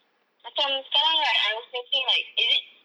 macam sekarang right I was thinking like is it